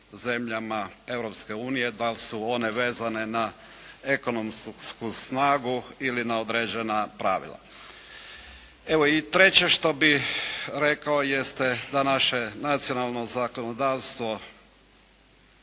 unije, da li su one vezane na ekonomsku snagu ili na određena pravila. Evo i treće što bih rekao jeste da naše nacionalno zakonodavstvo